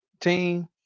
team